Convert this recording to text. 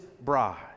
bride